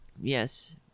Yes